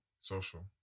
social